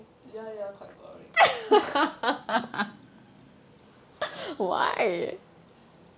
ya you are quite boring